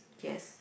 yes